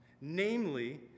Namely